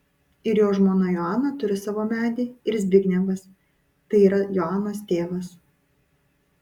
ir jo žmona joana turi savo medį ir zbignevas tai yra joanos tėvas